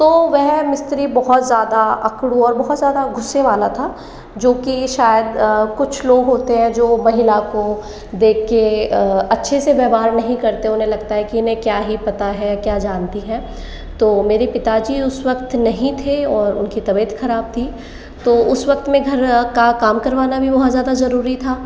तो वह मिस्त्री बहुत ज़्यादा अकडू और बहोबहुतत ज़्यादा गुस्से वाला था जो कि शायद कुछ लोग होते हैं जो महिला को देख के अच्छे से व्यवहार नहीं करते उन्हें लगता है कि इन्हें क्या ही पता है क्या जानती है तो मेरे पिताजी उस वक्त नहीं थे और उनकी तबीयत खराब थी तो उस वक्त में घर का काम करवाना भी बहोत ज़्यादा ज़रूरी था